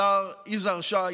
השר יזהר שי,